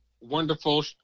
wonderful